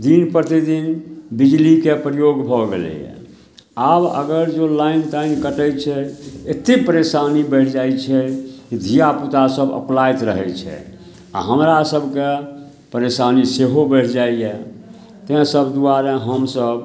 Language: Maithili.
दिन प्रतिदिन बिजलीके प्रयोग भऽ गेलैए आब अगर जँ लाइन ताइन कटै छै एतेक परेशानी बढ़ि जाइ छै धिआपुतासभ अकुलाइत रहै छै आओर हमरासभकेँ परेशानी सेहो बढ़ि जाइए ताहिसब दुआरे हमसभ